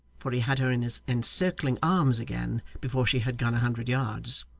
for he had her in his encircling arms again before she had gone a hundred yards.